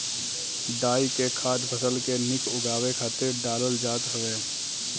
डाई के खाद फसल के निक उगावे खातिर डालल जात हवे